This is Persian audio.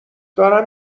دارم